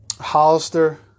Hollister